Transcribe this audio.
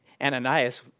Ananias